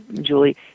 Julie